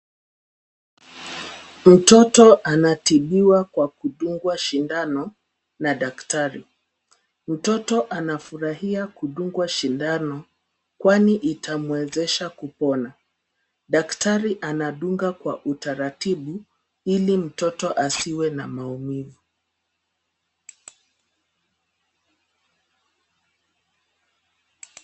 Mtoto anatibiwa kwa kudungwa sindano, na daktari. Mtoto anafurahia kudungwa sindano, kwani itamwezesha kupona. Daktari anadunga kwa utaratibu, ili mtoto asiwe na maumivu.